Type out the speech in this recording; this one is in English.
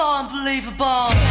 unbelievable